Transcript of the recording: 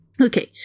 Okay